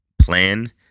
plan